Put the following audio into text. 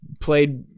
played